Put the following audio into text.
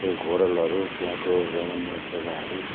त्यो घोरलहरू त्यहाँको रमणीय जग्गाहरू